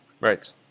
Right